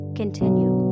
continue